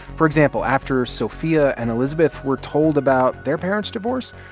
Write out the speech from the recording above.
for example, after sophia and elizabeth were told about their parents' divorce,